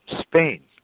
Spain